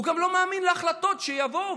הוא גם לא מאמין להחלטות שיבואו,